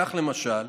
כך למשל,